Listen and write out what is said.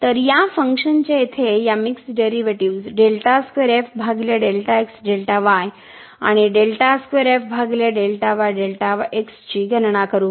तर या फंक्शनचे येथे या मिक्स्ड डेरिव्हेटिव्हज आणि ची गणना करू